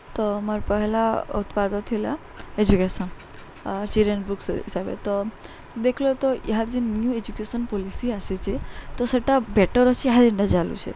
ତ ମୋର୍ ପହଲା ଉତ୍ପାଦ ଥିଲା ଏଜୁକେସନ୍ ଚିଲ୍ଡ଼୍ରେନ୍ ବୁକ୍ସ୍ ହିସାବେ ତ ଦେଖ୍ଲେ ତ ଇହାଦେ ଯେନ୍ ନ୍ୟୁ ଏଜୁକେସନ୍ ପଲିସି ଆସିଛେ ତ ସେଟା ବେଟର୍ ଅଛେ ଇହାଦେ ଯେନ୍ଟା ଚାଲୁଛେ